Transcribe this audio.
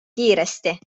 kiiresti